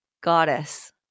goddess